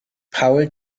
paul